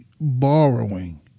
borrowing